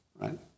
right